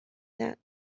that